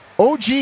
OG